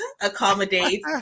accommodate